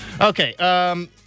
Okay